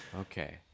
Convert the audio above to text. Okay